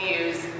use